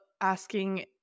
asking